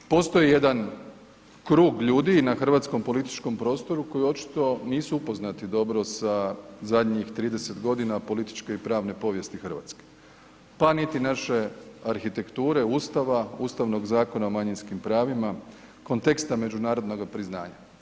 Postoji jedan krug ljudi na hrvatskom političkom prostoru koji očito nisu upoznati dobro sa zadnjih 30 godina političke i pravne povijesti Hrvatske, pa niti naše arhitekture Ustave, Ustavnog zakona o manjinskim pravima, konteksta međunarodnoga priznanja.